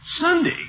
Sunday